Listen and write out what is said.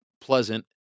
pleasant